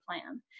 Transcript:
plan